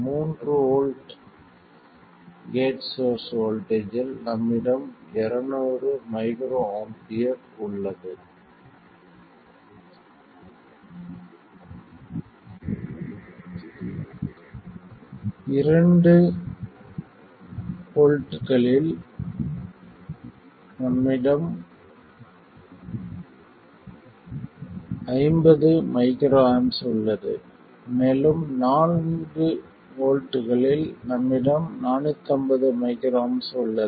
மூன்று volt gate source வோல்ட்டேஜ்ஜில் நம்மிடம் 200 µA உள்ளது இரண்டு வோல்ட்களில் நம்மிடம் 50 µA உள்ளது மேலும் 4 வோல்ட்களில் நம்மிடம் 450 µA உள்ளது